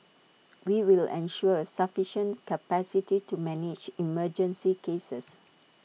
we will ensure sufficient capacity to manage emergency cases